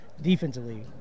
defensively